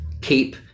keep